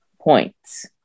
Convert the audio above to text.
points